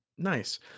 Nice